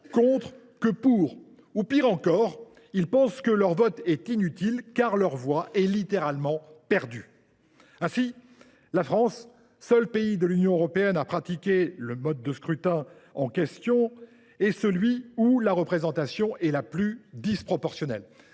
contre » que « pour ». Pis encore, ils considèrent que leur vote est « inutile », car leur voix est littéralement perdue. Ainsi, la France, seul pays de l’Union européenne à pratiquer ce mode de scrutin, est aussi celui où la représentation est la plus disproportionnelle.